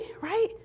right